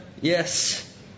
yes